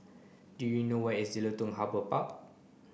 do you know where is Jelutung Harbour Park